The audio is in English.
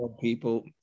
people